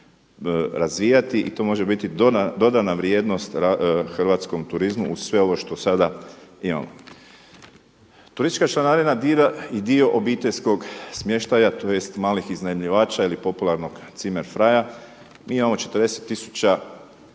razvijati i to može biti dodana vrijednost hrvatskom turizmu uz sve ovo što sada imamo. Turistička članarina dira i dio obiteljskog smještaja tj. malih iznajmljivača ili popularnog Zimmer frei. Mi imao 40